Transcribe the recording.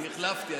אני החלפתי,